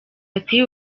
ati